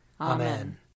Amen